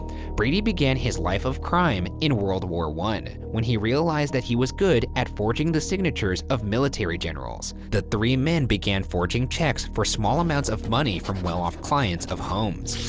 brady began his life of crime in world war one when he realized that he was good at forging the signatures of military generals. the three men began forging checks for small amounts of money for well off clients of holmes'.